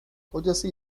kocası